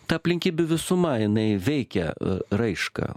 ta aplinkybių visuma jinai veikia raišką